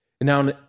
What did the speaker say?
Now